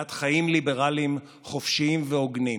בעד חיים ליברלים, חופשיים והוגנים.